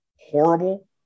horrible